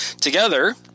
together